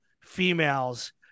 females